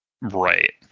right